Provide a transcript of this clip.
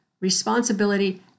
responsibility